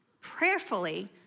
prayerfully